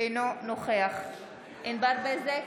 אינו נוכח ענבר בזק,